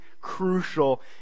crucial